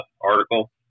article